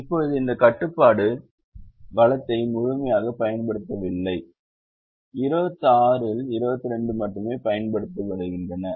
இப்போது இந்த கட்டுப்பாடு வளத்தை முழுமையாகப் பயன்படுத்தவில்லை 26 இல் 22 மட்டுமே பயன்படுத்தப்படுகின்றன